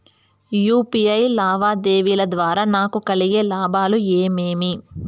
UPI లావాదేవీల ద్వారా నాకు కలిగే లాభాలు ఏమేమీ?